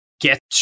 get